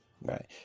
right